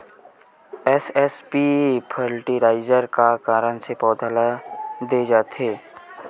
SSP fertiliser का कारण से पौधा ल दे जाथे?